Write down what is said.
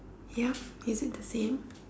yup is it the same